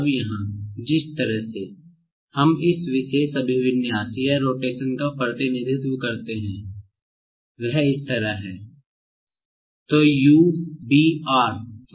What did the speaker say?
अब यहाँ जिस तरह से हम इस विशेष अभिविन्यास या रोटेशन का प्रतिनिधित्व करते हैं वह इस तरह है